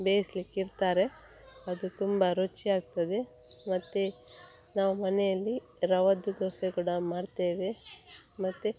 ಬೇಯಿಸ್ಲಿಕ್ಕೆ ಇಡ್ತಾರೆ ಅದು ತುಂಬ ರುಚಿ ಆಗ್ತದೆ ಮತ್ತು ನಾವು ಮನೆಯಲ್ಲಿ ರವಾದ್ದು ದೋಸೆ ಕೂಡ ಮಾಡ್ತೇವೆ ಮತ್ತು